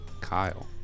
Kyle